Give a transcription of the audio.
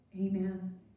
amen